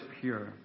pure